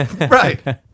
Right